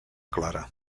clara